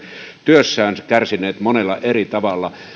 työssään kärsineet monella eri tavalla